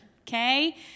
okay